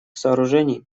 сооружений